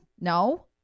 No